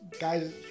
guys